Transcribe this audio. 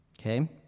Okay